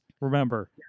remember